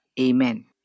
Amen